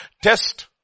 Test